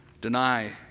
Deny